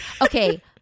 okay